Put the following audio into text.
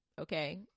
Okay